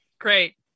Great